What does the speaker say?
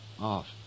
off